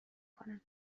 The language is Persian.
کنم